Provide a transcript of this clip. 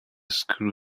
school